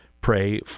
pray